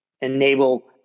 enable